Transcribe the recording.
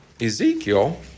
Ezekiel